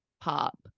pop